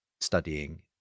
studying